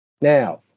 Now